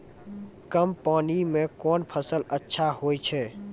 कम पानी म कोन फसल अच्छाहोय छै?